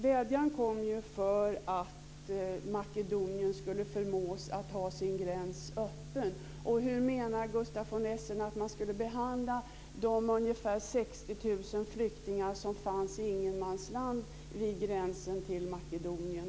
Vädjan kom för att Makedonien skulle förmås att ha sin gräns öppen. Hur menar Gustaf von Essen att man skulle behandla de ungefär 60 000 flyktingar som fanns i ingenmansland vid gränsen till Makedonien?